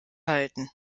halten